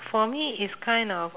for me is kind of